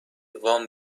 وام